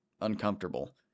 uncomfortable